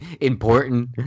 important